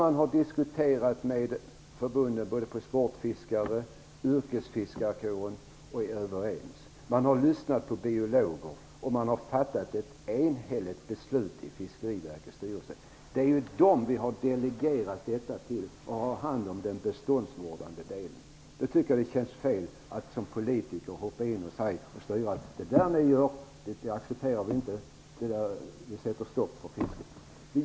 Man har diskuterat med förbunden både på sportfiskar och på yrkesfiskarsidan och kommit överens med dem, och man har lyssnat på biologer och fattat ett enhälligt beslut i Fiskeriverkets styrelse. Det är dit som vi har delegerat omhändertagandet av beståndsvården. Det känns fel att som politiker gå in styrande och säga: Det som ni gör accepterar vi inte - vi sätter stopp för fisket.